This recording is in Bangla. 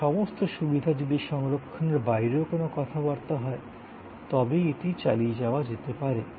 এই সমস্ত সুবিধা যদি সংরক্ষণের বাইরেও কোনও কথাবার্তা হয় তবেই এটি চালিয়ে যাওয়া যেতে পারে